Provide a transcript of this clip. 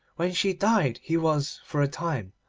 when she died he was, for a time,